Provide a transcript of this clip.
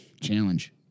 Challenge